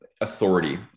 authority